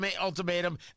ultimatum